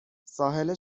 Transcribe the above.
ساحل